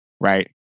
Right